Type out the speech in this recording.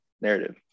narrative